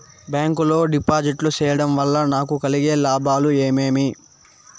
Bank లో డిపాజిట్లు సేయడం వల్ల నాకు కలిగే లాభాలు ఏమేమి?